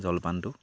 জলপানটো